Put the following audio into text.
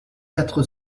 quatre